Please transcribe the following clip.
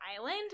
island